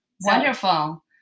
Wonderful